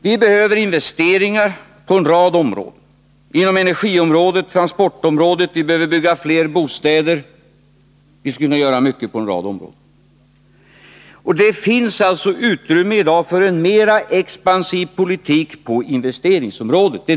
Vi behöver investeringar på en rad områden — på energiområdet och transportområdet. Vi behöver bygga fler bostäder. Vi skulle kunna göra mycket på en rad områden. Det finns alltså i dag utrymme för en mera expansiv politik på investeringsområdet.